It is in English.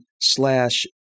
slash